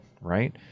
right